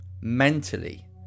mentally